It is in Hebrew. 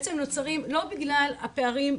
בעצם נוצרים לא בגלל הפערים.